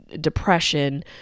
depression